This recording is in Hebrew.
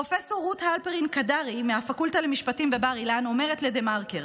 פרופ' רות הלפרין קדרי מהפקולטה למשפטים בבר אילן אומרת לדה-מרקר: